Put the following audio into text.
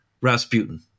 rasputin